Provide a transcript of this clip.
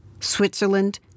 Switzerland